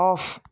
off